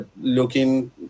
looking